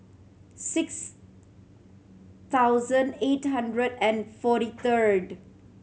six thousand eight hundred and forty third